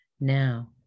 Now